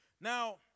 Now